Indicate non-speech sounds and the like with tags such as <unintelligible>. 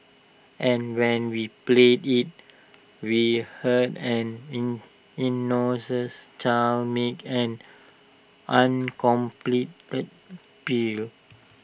and when we played IT we heard an in innocence child make an uncompleted <unintelligible>